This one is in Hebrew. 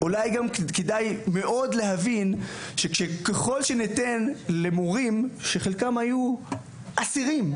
כדאי להבין שהמורים חלקם היו אסירים,